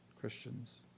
Christians